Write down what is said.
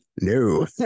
No